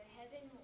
heaven